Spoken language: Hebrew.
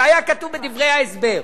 והיה כתוב בדברי ההסבר,